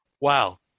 wow